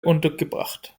untergebracht